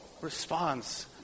response